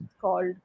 called